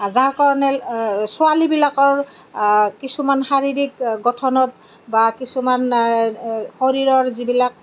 যাৰ কাৰণে ছোৱালীবিলাকৰ কিছুমান শাৰিৰীক গঠনত বা কিছুমান শৰীৰৰ যিবিলাক